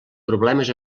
problemes